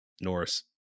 Norris